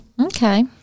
Okay